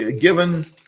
given